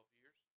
years